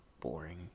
boring